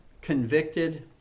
convicted